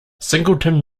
singleton